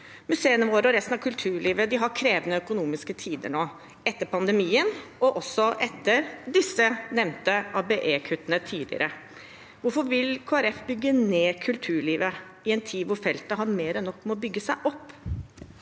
Museene våre og resten av kulturlivet har krevende økonomiske tider nå etter pandemien og også etter de nevnte ABE-kuttene tidligere. Hvorfor vil Kristelig Folkeparti bygge ned kulturlivet i en tid da feltet har mer enn nok med å bygge seg opp?